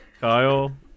Kyle